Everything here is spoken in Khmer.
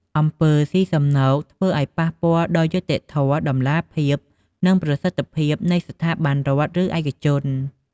អំពើស៊ីសំណូកធ្វើឲ្យប៉ះពាល់ដល់យុត្តិធម៌ តម្លាភាព និងប្រសិទ្ធភាពនៃស្ថាប័នរដ្ឋ ឬឯកជន។